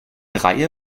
reihe